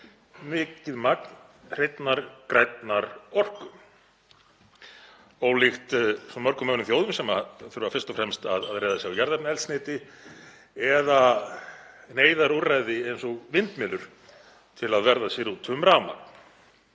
mikið magn hreinnar grænnar orku, ólíkt svo mörgum öðrum þjóðum sem þurfa fyrst og fremst að reiða sig á jarðefnaeldsneyti eða neyðarúrræði eins og vindmyllur til að verða sér úti um rafmagn.